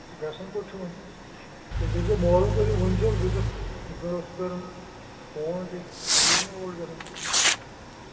گژھان کوٚت چھِ وۅنۍ تُہۍ کٔرۍ زیٚو مولوٗم کٔرۍزیٚو ؤنۍ زیٚو دَپۍزِہوکھ یِتھٕ پٲٹھۍ اوسوٕ کران فون تہِ تُہۍ کیٛازِ چھِوٕ نہٕ اوٗرۍ گژھان